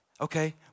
okay